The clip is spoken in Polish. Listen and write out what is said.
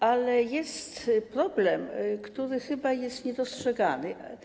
Ale jest problem, który chyba jest niedostrzegany.